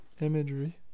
imagery